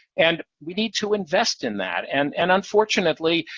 and we need to invest in that. and and unfortunately,